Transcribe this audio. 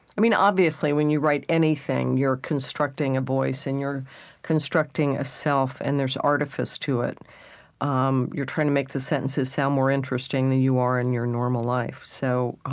obviously, when you write anything, you're constructing a voice, and you're constructing a self, and there's artifice to it um you're trying to make the sentences sound more interesting than you are in your normal life. so ah